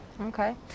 Okay